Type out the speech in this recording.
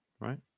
right